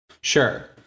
Sure